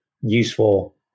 useful